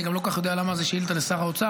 אני גם לא כל כך יודע למה זו שאילתה לשר האוצר,